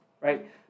right